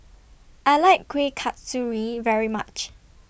I like Kuih Kasturi very much